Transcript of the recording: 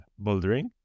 bouldering